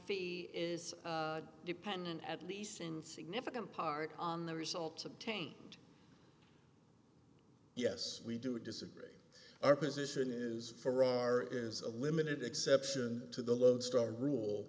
fee is dependent at least in significant part on the results obtained yes we do disagree our position is ferrar is a limited exception to the loadstone rule